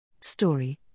Story